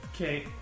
Okay